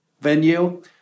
venue